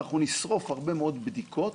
אנחנו נשרוף הרבה מאוד בדיקות,